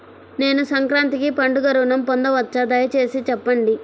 నేను సంక్రాంతికి పండుగ ఋణం పొందవచ్చా? దయచేసి చెప్పండి?